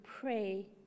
pray